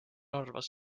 arvas